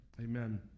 Amen